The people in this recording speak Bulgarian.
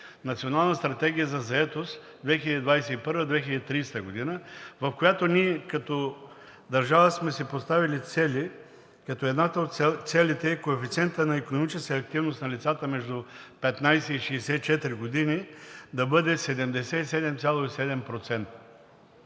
Национална стратегия за заетост 2021 – 2030 г., в която като държава сме си поставили цели, като една от целите е коефициентът на икономическата активност за лицата между 15 и 64 години да бъде 77,7%.